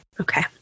Okay